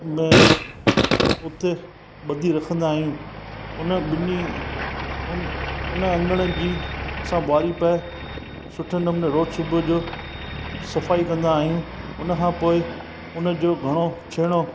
हुनखे हुते बधी रखंदा आहियूं हुन ॿिनी हुन अङण जी असां ॿुहारी पाए सुठे नमूने रोज़ु सुबुह जो सफ़ाई कंदा आहियूं हुन खां पोइ हुनजो घणो छेणो